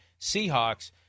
Seahawks